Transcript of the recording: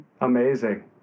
Amazing